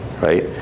Right